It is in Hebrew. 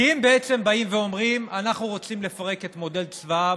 כי אם בעצם באים ואומרים: אנחנו רוצים לפרק את מודל צבא העם,